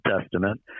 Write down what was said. Testament